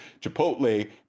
Chipotle